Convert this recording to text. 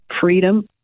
Freedom